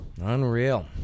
Unreal